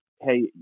hey